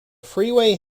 freeway